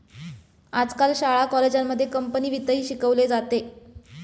आजकाल शाळा कॉलेजांमध्ये कंपनी वित्तही शिकवले जाते